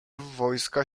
wojska